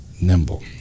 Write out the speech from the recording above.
nimble